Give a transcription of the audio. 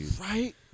right